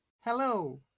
Hello